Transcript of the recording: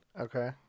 Okay